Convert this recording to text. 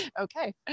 Okay